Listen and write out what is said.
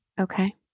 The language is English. Okay